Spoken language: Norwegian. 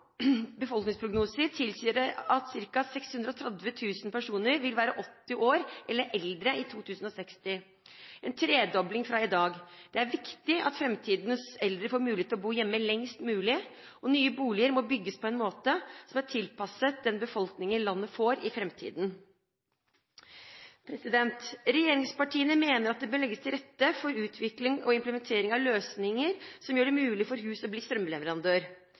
befolkningsprognoser tilsier at ca. 630 000 personer vil være 80 år eller eldre i 2060, en tredobling fra i dag. Det er viktig at framtidens eldre får mulighet til å bo hjemme lengst mulig. Nye boliger må bygges på en måte som er tilpasset den befolkningen landet får i framtiden. Regjeringspartiene mener at det bør legges til rette for utvikling og implementering av løsninger som gjør det mulig for hus å bli strømleverandør.